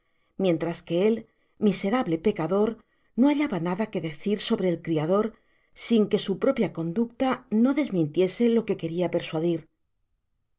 mientras que él miserable pecador no hallaba nada que decir sobre el criador sin que su propia conducta no desmintiese lo que queria persuadir